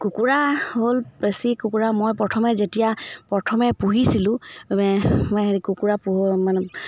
কুকুৰা হ'ল বেছি কুকুৰা মই প্ৰথমে যেতিয়া প্ৰথমে পুহিছিলোঁ হেৰি কুকুৰা পো মানে